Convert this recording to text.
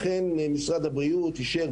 לכן משרד הבריאות אישר,